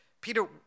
Peter